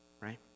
right